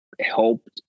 helped